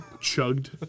chugged